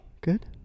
Good